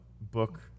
book